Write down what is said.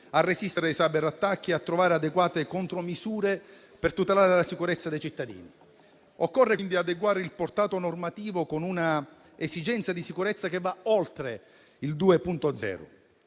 a resistere ai cyberattacchi e a trovare adeguate contromisure per tutta l'area della sicurezza dei cittadini. Occorre quindi adeguare il portato normativo con un'esigenza di sicurezza che vada oltre il 2.0